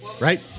Right